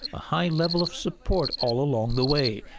a high level of support all along the way,